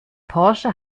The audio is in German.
porsche